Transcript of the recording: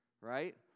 Right